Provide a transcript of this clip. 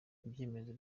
ibyemezo